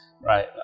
Right